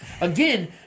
Again